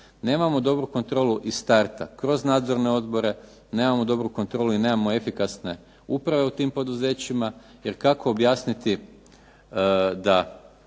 Nemamo dobru kontrolu iz starta kroz nadzorne odbore, nemamo dobru kontrolu i nemamo efikasne uprave u tim poduzećima. Jer kako objasniti da